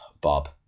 Bob